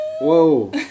Whoa